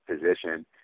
position